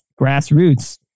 grassroots